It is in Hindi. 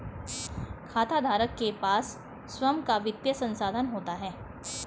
खाताधारक के पास स्वंय का वित्तीय संसाधन होता है